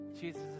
Jesus